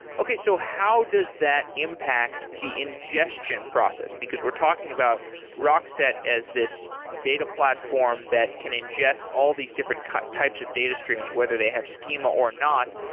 okay. so how does that impact the ingestion process? because we're talking about rockset as this data platform that can ingest all these different types of data streams, whether they have schema or not,